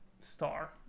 star